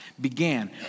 began